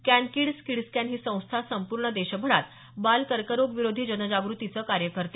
CanKids KidsCan ही संस्था संपूर्ण देशभरात बाल कर्करोगविरोधी जनजागृतीचे कार्य करते